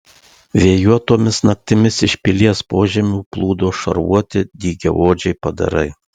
vėjuotomis naktimis iš pilies požemių plūdo šarvuoti dygiaodžiai padarai